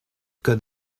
got